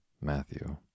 Matthew